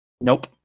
Nope